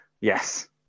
Yes